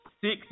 six